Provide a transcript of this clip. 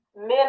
Men